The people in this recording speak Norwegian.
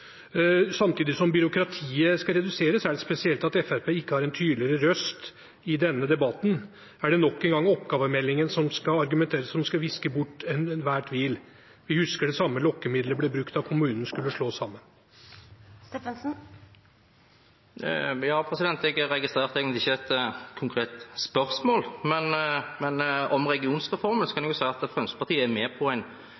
samtidig som byråkratiet skal reduseres, er det spesielt at ikke Fremskrittspartiet har en tydeligere røst i denne debatten. Er det nok en gang oppgavemeldingen det skal argumenteres med, som skal viske bort enhver tvil? Vi husker det samme lokkemidlet ble brukt da kommunene skulle slås sammen. Jeg registrerte egentlig ikke noe konkret spørsmål, men om regionreformen kan